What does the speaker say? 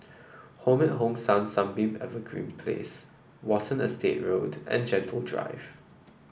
Home at Hong San Sunbeam Evergreen Place Watten Estate Road and Gentle Drive